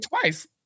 twice